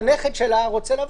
הנכד שלה רוצה לבוא,